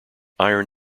iron